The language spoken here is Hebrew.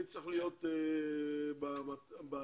תיתנו איזה הצעה מי צריך להיות בהפרש,